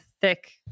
thick